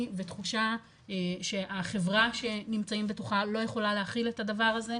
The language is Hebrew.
ותחושה שהחברה שנמצאים בתוכה לא יכולה להכיל את הדבר הזה,